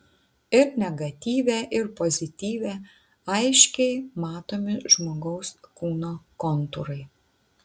ir negatyve ir pozityve aiškiai matomi žmogaus kūno kontūrai